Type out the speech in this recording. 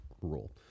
rule